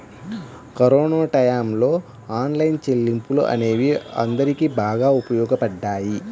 corona టైయ్యంలో online చెల్లింపులు అనేవి అందరికీ బాగా ఉపయోగపడ్డాయి